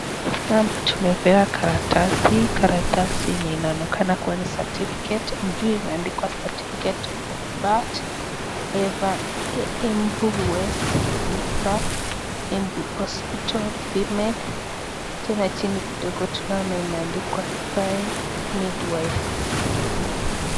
Hapa tumempewa karatasi karatasi yenye inaonekana kuwa ni certificate juu imeandikwa certificate of birth Embu West Eastern Embu Hospital female tena chini kidogo tunaona imeandikwa sign midwife .